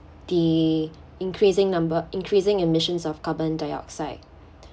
the increasing number increasing emissions of carbon dioxide